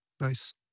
Nice